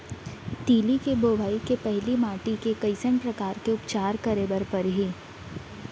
तिलि के बोआई के पहिली माटी के कइसन प्रकार के उपचार करे बर परही?